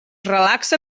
relaxa